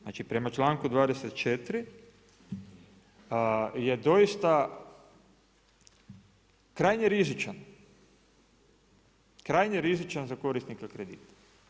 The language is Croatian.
Znači prema čl.24 je doista krajnje rizičan za korisnike kredita.